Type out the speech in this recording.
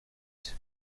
huit